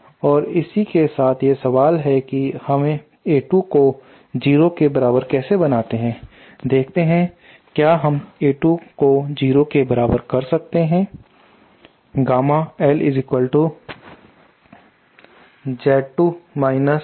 और इसी के साथ यह सवाल है कि हम A2 को 0 के बराबर कैसे बनाते हैं देखते हैं कि क्या हम A2 को 0 के बराबर कर सकते हैं